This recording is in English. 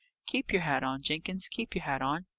keep your hat on, jenkins keep your hat on.